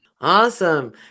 Awesome